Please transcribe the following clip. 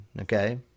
Okay